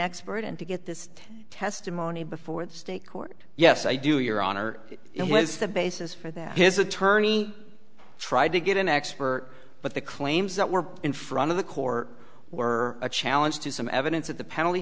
expert and to get this testimony before the state court yes i do your honor it was the basis for that his attorney tried to get an expert but the claims that were in front of the court were a challenge to some evidence at the penalty